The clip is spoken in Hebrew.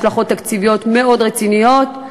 השלכות תקציביות מאוד רציניות,